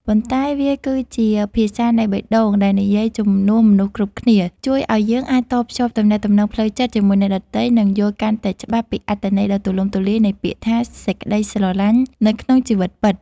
ប៉ុន្តែវាគឺជាភាសានៃបេះដូងដែលនិយាយជំនួសមនុស្សគ្រប់គ្នា ជួយឱ្យយើងអាចតភ្ជាប់ទំនាក់ទំនងផ្លូវចិត្តជាមួយអ្នកដទៃ និងយល់កាន់តែច្បាស់ពីអត្ថន័យដ៏ទូលំទូលាយនៃពាក្យថា សេចក្ដីស្រឡាញ់ នៅក្នុងជីវិតពិត។